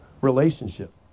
relationship